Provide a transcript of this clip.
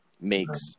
makes